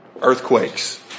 Earthquakes